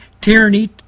tyranny